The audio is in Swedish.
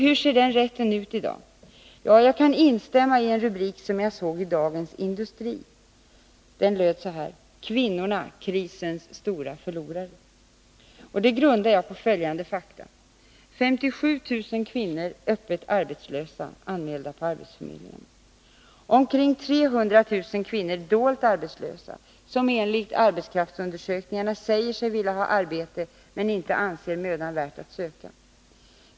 Hur ser den rätten ut i dag? Ja, jag kan instämma i en rubrik som jag såg i Dagens Industri: Kvinnorna krisens stora förlorare. Det grundar jag på följande fakta: 57000 kvinnor öppet arbetslösa anmälda på arbetsförmedlingen, omkring 300 000 kvinnor dolt arbetslösa som enligt arbetskraftsundersökningarna, AKU, säger sig vilja ha arbete men inte anser det mödan värt att söka.